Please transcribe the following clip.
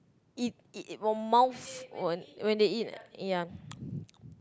eat eat eat one mouth when they eat ya